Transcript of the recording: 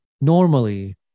normally